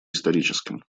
историческим